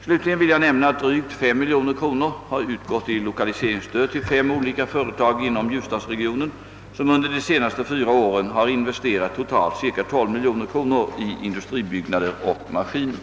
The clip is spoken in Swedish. Slutligen vill jag nämna att drygt 5 miljoner kronor har utgått i lokaliseringsstöd till fem olika företag inom ljusdalsregionen, som under de senaste fyra åren har investerat totalt cirka 12 miljoner kronor i industribyggnader och maskiner.